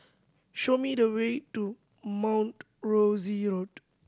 show me the way to Mount Rosie Road